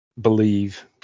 believe